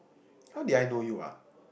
how did I know you ah